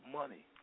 money